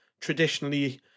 traditionally